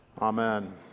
Amen